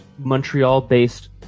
Montreal-based